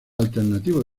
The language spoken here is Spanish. alternativo